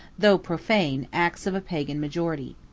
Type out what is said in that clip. though profane, acts of a pagan majority.